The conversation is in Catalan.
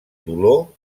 dolor